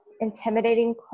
intimidating